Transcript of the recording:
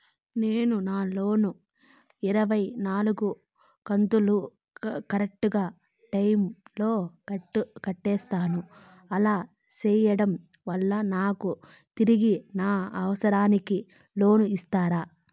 నేను నా లోను ఇరవై నాలుగు కంతులు కరెక్టు టైము లో కట్టేసాను, అలా సేయడం వలన నాకు తిరిగి నా అవసరానికి లోను ఇస్తారా?